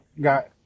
got